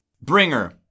bringer